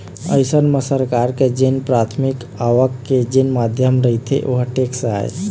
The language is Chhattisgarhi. अइसन म सरकार के जेन पराथमिक आवक के जेन माध्यम रहिथे ओहा टेक्स आय